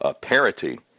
parity